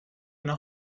nach